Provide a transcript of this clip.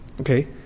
Okay